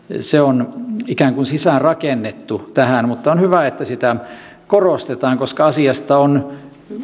on ikään kuin sisäänrakennettu tähän mutta on hyvä että sitä korostetaan koska asiasta on